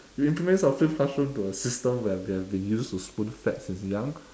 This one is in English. we implement our flipped classroom to a system where we have been used to spoonfed since young